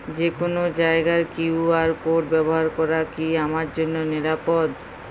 যে কোনো জায়গার কিউ.আর কোড ব্যবহার করা কি আমার জন্য নিরাপদ?